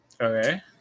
Okay